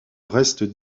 reste